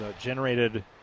generated